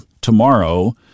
tomorrow